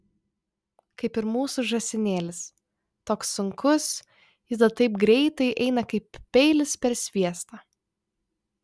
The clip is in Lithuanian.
kaip ir mūsų žąsinėlis toks sunkus juda taip greitai eina kaip peilis per sviestą